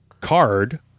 card